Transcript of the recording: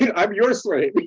yeah i'm your slave,